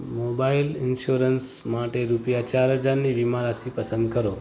mobile insurance માટે રૂપિયા ચાર હજારની વીમા રાશિ પસંદ કરો